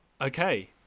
okay